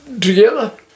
together